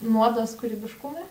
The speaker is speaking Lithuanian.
nuodas kūrybiškumui